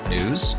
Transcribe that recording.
News